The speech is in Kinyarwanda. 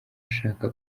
ashaka